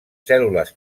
cèl·lules